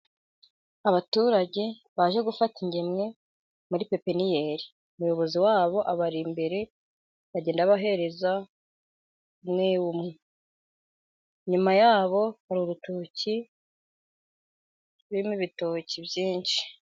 Abaturage baje gufata ingemwe muri pepiniyeri. Umuyobozi wabo abari imbere, agenda abahereza umwe umwe. Inyuma yabo hari urutoki, birimo ibitoki byinshi.